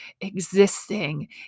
existing